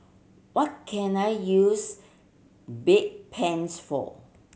what can I use Bedpans for